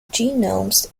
genomes